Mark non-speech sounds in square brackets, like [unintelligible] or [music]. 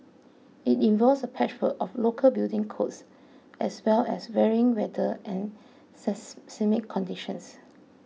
it involves a patchwork of local building codes as well as varying weather and says [unintelligible] conditions